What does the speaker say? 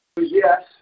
Yes